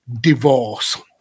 divorce